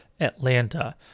Atlanta